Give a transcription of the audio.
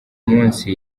munsi